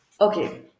okay